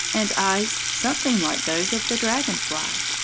and eyes something like those of the dragon-fly.